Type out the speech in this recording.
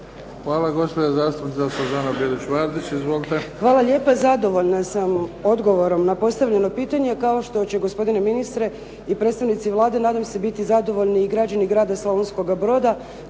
Hvala. Gospođa zastupnica Suzana Bilić-Vardić. Izvolite. **Bilić Vardić, Suzana (HDZ)** Hvala lijepa. Zadovoljna sam odgovorom na postavljeno pitanje, kao što će gospodine ministre i predstavnici Vlade nadam se biti zadovoljni i građani grada Slavonskoga broda